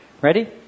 Ready